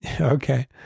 Okay